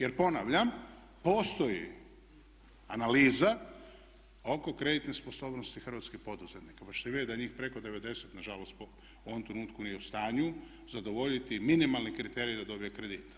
Jer ponavljam, postoji analiza oko kreditne sposobnosti hrvatskih poduzetnika pa ćete vidjeti da njih preko 90 nažalost u ovom trenutku nije u stanju zadovoljiti minimalni kriterij da dobije kredit.